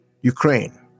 Ukraine